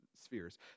spheres